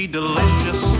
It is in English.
delicious